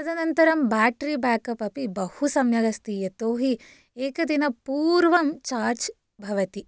तदनन्तरं battery backup अपि बहु सम्यगस्ति यतो हि एकदिनं पूर्वं चार्ज् भवति